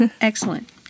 Excellent